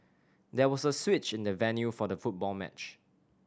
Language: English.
there was a switch in the venue for the football match